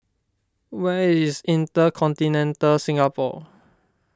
where is Intercontinental Singapore